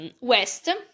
West